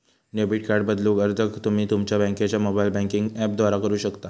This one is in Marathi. डेबिट कार्ड बदलूक अर्ज तुम्ही तुमच्यो बँकेच्यो मोबाइल बँकिंग ऍपद्वारा करू शकता